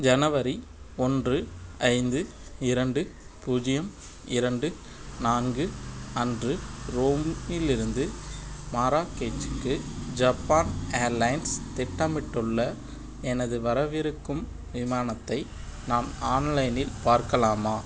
ஜனவரி ஒன்று ஐந்து இரண்டு பூஜ்ஜியம் இரண்டு நான்கு அன்று ரோமிலிருந்து மராகேச்சுக்கு ஜப்பான் ஏர்லைன்ஸ் திட்டமிட்டுள்ள எனது வரவிருக்கும் விமானத்தை நான் ஆன்லைனில் பார்க்கலாமா